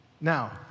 Now